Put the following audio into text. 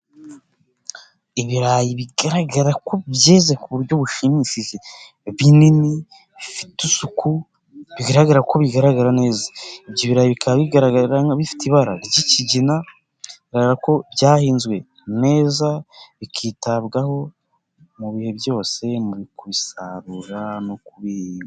Ibirayi bigaragara ko byeze ku buryo bushimishije binini bifite isuku bigaragara ko bigaragara neza, ibyo birayi bikaba bigaragarira bifite ibara ry'ikigina ko byahinzwe neza bikitabwaho mu bihe byose mu kubisarura no kubi...